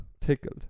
Tickled